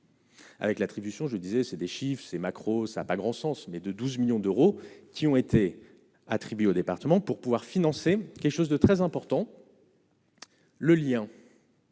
Avec l'attribution, je disais c'est des chiffes ces macro-ça a pas grand sens, mais de 12 millions d'euros qui ont été attribués au département pour pouvoir financer quelque chose de très important, le lien.